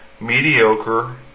mediocre